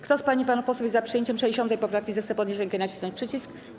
Kto z pań i panów posłów jest za przyjęciem 60. poprawki, zechce podnieść rękę i nacisnąć przycisk.